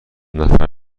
نفر